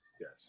yes